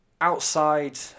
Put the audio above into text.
Outside